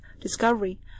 discovery